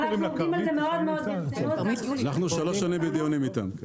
אנחנו כבר שלוש שנים בדיונים איתם.